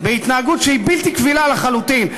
בהתנהגות שהיא בלתי קבילה לחלוטין,